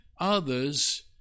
others